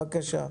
בבקשה.